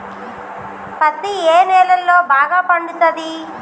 పత్తి ఏ నేలల్లో బాగా పండుతది?